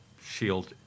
Shield